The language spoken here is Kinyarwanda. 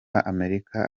america